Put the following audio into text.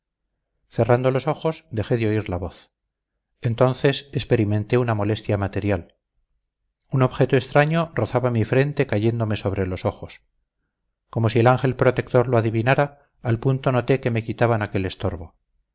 cerrando los ojos dejé de oír la voz entonces experimenté una molestia material un objeto extraño rozaba mi frente cayéndome sobre los ojos como si el ángel protector lo adivinara al punto noté que me quitaban aquel estorbo